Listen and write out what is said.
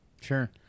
Sure